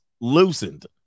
loosened